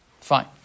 Fine